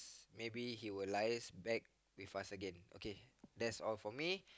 maybe he will liaise back with us again okay that's all for me